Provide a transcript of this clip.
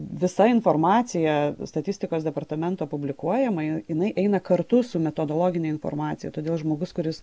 visa informacija statistikos departamento publikuojama jinai eina kartu su metodologine informacija todėl žmogus kuris